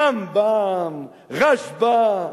רמב"ם, רשב"א.